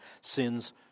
sin's